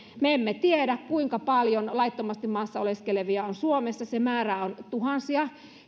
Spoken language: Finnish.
me emme tiedä kuinka paljon laittomasti maassa oleskelevia on suomessa se määrä on tuhansia